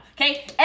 Okay